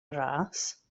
ras